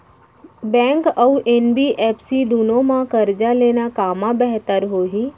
Bank अऊ NBFC दूनो मा करजा लेना कामा बेहतर होही?